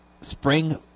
spring